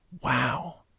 Wow